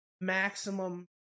maximum